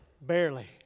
Barely